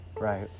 Right